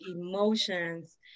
emotions